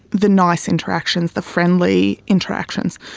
the nice interactions, the friendly interactions,